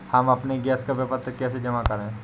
हम अपने गैस का विपत्र कैसे जमा करें?